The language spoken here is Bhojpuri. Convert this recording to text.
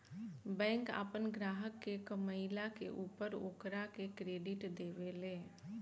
बैंक आपन ग्राहक के कमईला के ऊपर ओकरा के क्रेडिट देवे ले